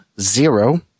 zero